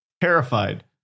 terrified